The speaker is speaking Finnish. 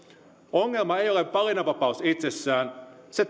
ongelma ei ole valinnanvapaus itsessään se